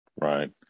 Right